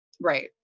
Right